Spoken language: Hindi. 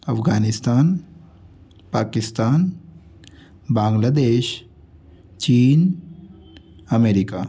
अफ़गानिस्तान पाकिस्तान बांग्लादेश चीन अमेरिका